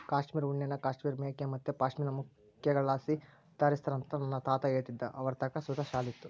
ಕಾಶ್ಮೀರ್ ಉಣ್ಣೆನ ಕಾಶ್ಮೀರ್ ಮೇಕೆ ಮತ್ತೆ ಪಶ್ಮಿನಾ ಮೇಕೆಗುಳ್ಳಾಸಿ ತಯಾರಿಸ್ತಾರಂತ ನನ್ನ ತಾತ ಹೇಳ್ತಿದ್ದ ಅವರತಾಕ ಸುತ ಶಾಲು ಇತ್ತು